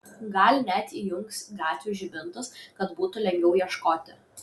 gal net įjungs gatvių žibintus kad būtų lengviau ieškoti